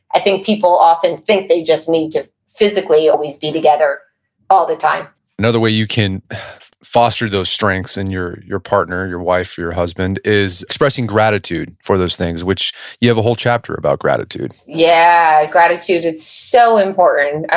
i think people often think they just need to physically always be together all the time another way you can foster those strengths and in your partner, your wife, or your husband, is expressing gratitude for those things. which you have a whole chapter about gratitude? yeah. gratitude, it's so important.